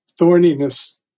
thorniness